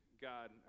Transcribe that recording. God